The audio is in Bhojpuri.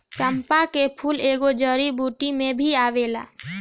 चंपा के फूल एगो जड़ी बूटी में भी आवेला